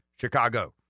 Chicago